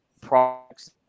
products